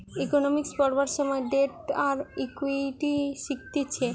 economics পড়বার সময় debt আর ইকুইটি শিখতিছে